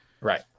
right